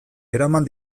eraman